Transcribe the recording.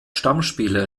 stammspieler